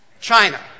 China